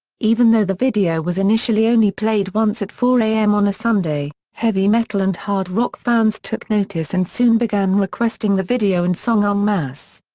even though the video was initially only played once at four a m. on a sunday, heavy metal and hard rock fans took notice and soon began requesting the video and song en um masse.